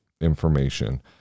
information